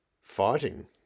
fighting